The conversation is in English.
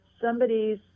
somebody's